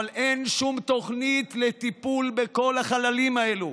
אבל אין שום תוכנית לטיפול בכל החללים הללו.